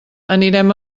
anirem